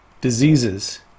diseases